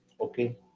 okay